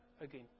again